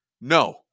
No